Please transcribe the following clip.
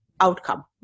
outcome